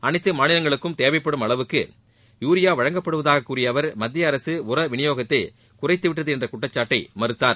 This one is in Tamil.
அனைத்து மாநிலங்களுக்கும் தேவைப்படும் அளவுக்கு யூரியா வழங்கப்படுவதாக கூறிய அவர் மத்திய அரசு உர விநியோகத்தை குறைத்து விட்டது என்ற குற்றச்சாட்டை மறுத்தார்